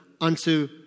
unto